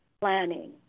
planning